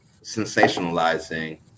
sensationalizing